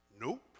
Nope